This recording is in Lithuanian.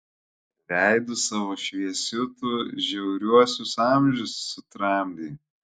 veidu savo šviesiu tu žiauriuosius amžius sutramdei